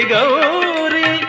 Gauri